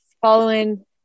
following